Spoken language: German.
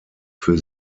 für